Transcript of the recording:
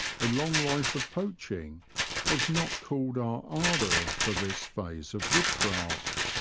a long life of poaching has not cooled our ardour for this phase of woodcraft.